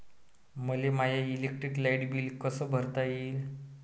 मले माय electric light bill कस भरता येईल?